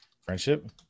Friendship